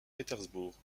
pétersbourg